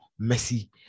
Messi